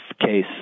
case